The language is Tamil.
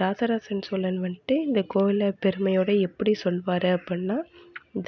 ராசராசன் சோழன் வண்ட்டு இந்த கோவிலை பெருமையோட எப்படி சொல்வார் அப்பிடின்னா